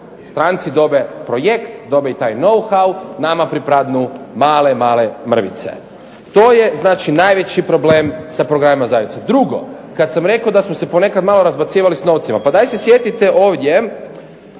Stranci dobre projekt, dobe i taj know how, nama pripadnu male, male mrvice. To je znači najveći problem sa programima zajednice. Drugo, kad sam rekao da smo se ponekad malo razbacivali s novcima, pa daj se sjetite ovdje